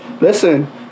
Listen